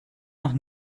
noch